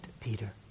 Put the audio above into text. Peter